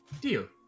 Deal